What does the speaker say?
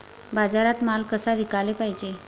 बाजारात माल कसा विकाले पायजे?